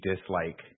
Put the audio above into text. dislike